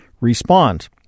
respond